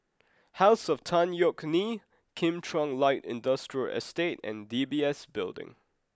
house of Tan Yeok Nee Kim Chuan Light Industrial Estate and D B S Building